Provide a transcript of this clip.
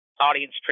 audience